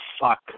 fuck